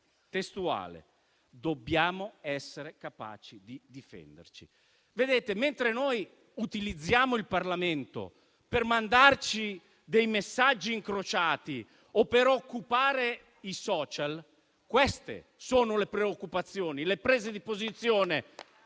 guerra. Dobbiamo essere capaci di difenderci». Mentre noi utilizziamo il Parlamento per mandarci messaggi incrociati o per occupare i *social*, queste sono le preoccupazioni e le prese di posizione